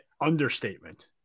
understatement